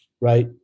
Right